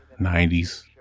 90s